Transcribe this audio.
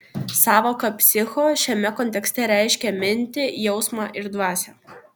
sąvoka psicho šiame kontekste reiškia mintį jausmą ir dvasią